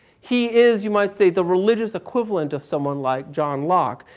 he is, you might say the religious equivalent of someone like john locke.